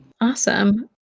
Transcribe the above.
Awesome